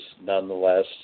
nonetheless